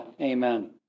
amen